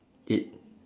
it